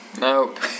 Nope